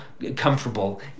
Comfortable